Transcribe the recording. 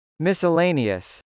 Miscellaneous